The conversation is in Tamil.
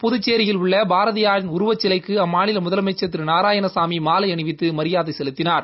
புதுச்சேரியில் உள்ள பாரதியாரின் உருவச்சிலைக்கு அம்மாநில முதலமைச்சர் திரு நாராயணசாமி மாலை அணிவித்து மரியாதை செலுத்தினார்